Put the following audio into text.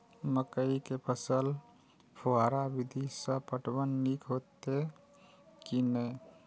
मकई के फसल में फुहारा विधि स पटवन नीक हेतै की नै?